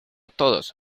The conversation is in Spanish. todos